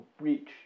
reach